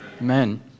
Amen